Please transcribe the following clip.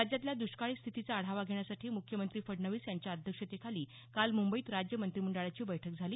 राज्यातल्या द्ष्काळी स्थितीचा आढावा घेण्यासाठी मुख्यमंत्री फडणवीस यांच्या अध्यक्षतेखाली काल मुंबईत राज्य मंत्रीमंडळाची बैठक झाली